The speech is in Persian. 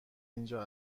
اینجا